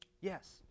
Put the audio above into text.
yes